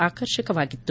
ಆಕರ್ಷಕವಾಗಿತ್ತು